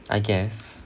I guess